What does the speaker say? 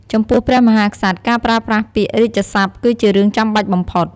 ចំពោះព្រះមហាក្សត្រ ការប្រើប្រាស់ពាក្យរាជសព្ទ គឺជារឿងចាំបាច់បំផុត។